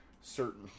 certain